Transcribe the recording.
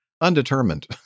undetermined